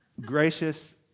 gracious